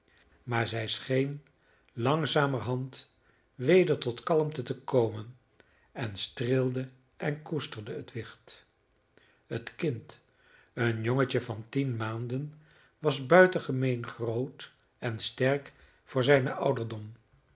maar zij scheen langzamerhand weder tot kalmte te komen en streelde en koesterde het wicht het kind een jongetje van tien maanden was buitengemeen groot en sterk voor zijn ouderdom